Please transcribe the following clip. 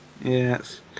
Yes